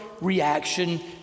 reaction